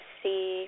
see